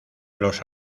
los